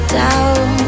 down